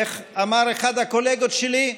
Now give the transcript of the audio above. איך אמר אחד הקולגות שלי,